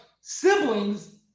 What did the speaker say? siblings